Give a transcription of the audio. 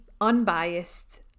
unbiased